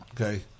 Okay